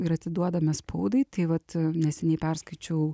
ir atiduodame spaudai tai vat neseniai perskaičiau